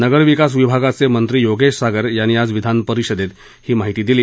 नगरविकास विभागाचे मंत्री योगेश सागर यांनी आज विधानपरिषदेत ही माहिती दिली